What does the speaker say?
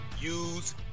use